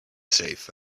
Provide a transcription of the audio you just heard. safe